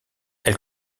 elle